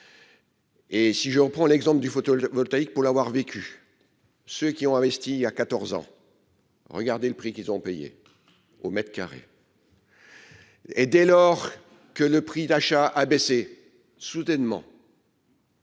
Et si je reprends l'exemple du photo-voltaïque pour l'avoir vécu, ceux qui ont investi à 14 ans. Regardez le prix qu'ils ont payé au mètre carré. Et dès lors que le prix d'achat a baissé soudainement.